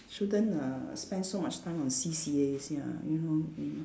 shouldn't uh spend so much time on C_C_As ya you know mm